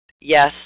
Yes